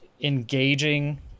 engaging